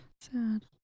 Sad